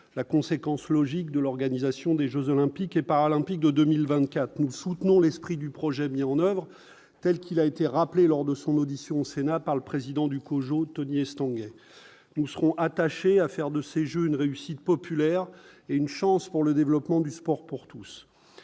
la conséquence logique de l'organisation des Jeux olympiques et paralympiques de 2024, nous soutenons l'esprit du projet mis en oeuvre telle qu'il a été rappelé lors de son audition au Sénat par le président du COJO Tony Estanguet, nous serons attaché à faire de ces Jeux, une réussite populaire est une chance pour le développement du sport pour tous,